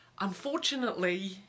unfortunately